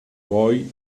boy